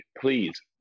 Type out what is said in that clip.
please